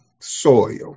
soil